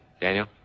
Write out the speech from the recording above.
Daniel